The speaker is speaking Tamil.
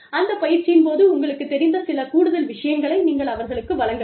அந்த பயிற்சியின் போது உங்களுக்குத் தெரிந்த சில கூடுதல் விஷயங்களை நீங்கள் அவர்களுக்கு வழங்கலாம்